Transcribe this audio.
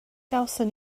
gawson